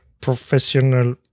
professional